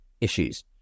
issues